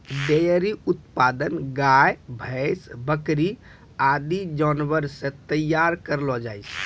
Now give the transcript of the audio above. dairy उत्पाद गाय, भैंस, बकरी आदि जानवर सें तैयार करलो जाय छै